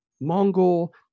Mongol